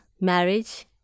marriage